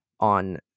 on